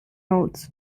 notes